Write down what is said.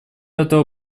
этого